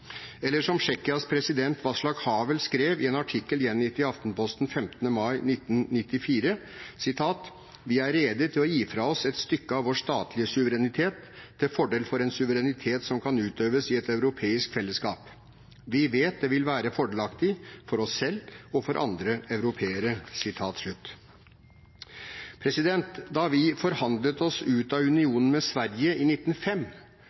Eller som Tsjekkias president, Václav Havel, skrev i en artikkel gjengitt i Aftenposten 15. mai 1994: «Vi er rede til å gi fra oss et stykke av vår statlige suverenitet til fordel for en suverenitet som kan utøves i et europeisk fellesskap. Vi vet det vil være fordelaktig, for oss selv som for andre europeere.» Da vi forhandlet oss ut av unionen med Sverige i 1905,